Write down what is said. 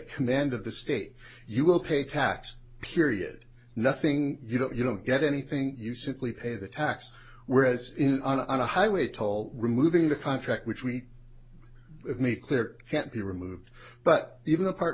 command of the state you will pay tax period nothing you don't you don't get anything you simply pay the tax whereas in on a highway toll removing the contract which we have made clear can't be removed but even apart